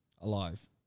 Alive